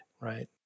right